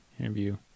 interview